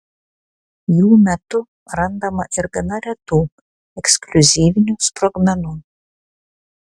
jų metu randama ir gana retų ekskliuzyvinių sprogmenų